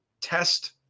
test